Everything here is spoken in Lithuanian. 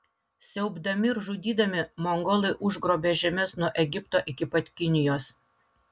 siaubdami ir žudydami mongolai užgrobė žemes nuo egipto iki pat kinijos